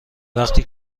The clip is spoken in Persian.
وقتی